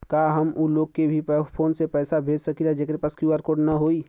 का हम ऊ लोग के भी फोन से पैसा भेज सकीला जेकरे पास क्यू.आर कोड न होई?